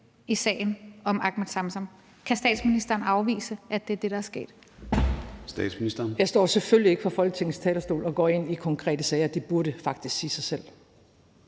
Statsministeren. Kl. 13:12 Statsministeren (Mette Frederiksen): Jeg står selvfølgelig ikke på Folketingets talerstol og går ind i konkrete sager – det burde faktisk sige sig selv.